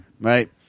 right